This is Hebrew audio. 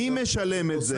מי משלם את זה?